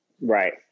right